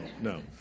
No